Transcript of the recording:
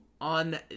on